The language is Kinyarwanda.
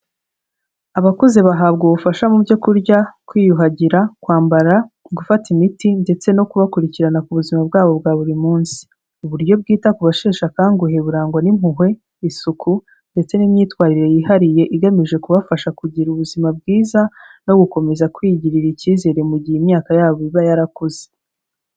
Abakuze bahabwa ubufasha mu byo kurya, kwiyuhagira, kwambara, gufata imiti ndetse no kubakurikirana ku buzima bwabo bwa buri munsi. Uburyo bwita ku basheshe akanguhe burangwa n'impuhwe, isuku ndetse n'imyitwarire yihariye igamije kubafasha kugira ubuzima bwiza, no gukomeza kwigirira icyizere mu gihe imyaka yabo iba yarakuze.